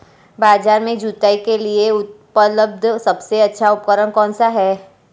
बाजार में जुताई के लिए उपलब्ध सबसे अच्छा उपकरण कौन सा है?